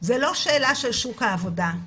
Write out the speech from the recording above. זו לא שאלה של שוק העבודה.